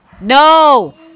no